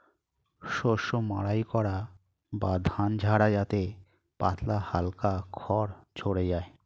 শস্য মাড়াই করা বা ধান ঝাড়া যাতে পাতলা হালকা খড় ঝড়ে যায়